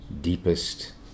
deepest